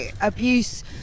abuse